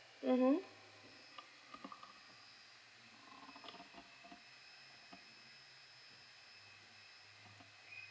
mmhmm